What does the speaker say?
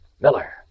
Miller